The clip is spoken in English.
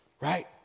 right